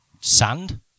Sand